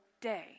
day